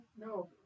No